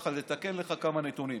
ככה קצת לתקן לך כמה נתונים.